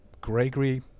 gregory